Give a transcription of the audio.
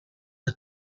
the